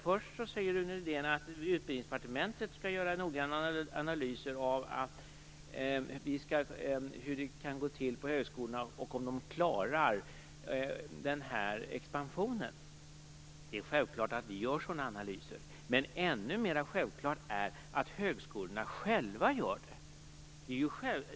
Först säger Rune Rydén att Utbildningsdepartementet skall göra noggranna analyser av hur det kan gå till på högskolorna och om dessa klarar den här expansionen. Det är självklart att vi gör sådana analyser. Men ännu mer självklart är att högskolorna själva gör det.